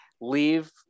leave